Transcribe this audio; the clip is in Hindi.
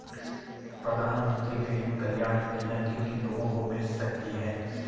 प्रधानमंत्री गरीब कल्याण योजना किन किन लोगों को मिल सकती है?